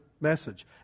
message